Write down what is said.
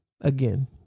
again